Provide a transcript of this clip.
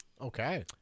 Okay